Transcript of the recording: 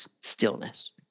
stillness